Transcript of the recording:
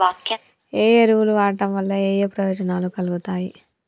ఏ ఎరువులు వాడటం వల్ల ఏయే ప్రయోజనాలు కలుగుతయి?